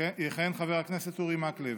יכהן חבר הכנסת אורי מקלב,